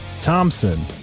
Thompson